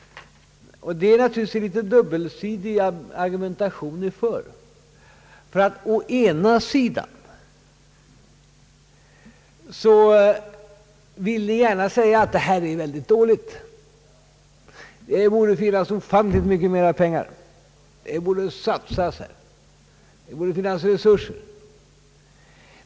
Det är naturligtvis en tveeggad argumentation ni för. Å ena sidan vill ni gärna säga att förslaget är dåligt, det torde finnas ofantligt mycket mera pengar, det borde satsas, det borde finnas resurser.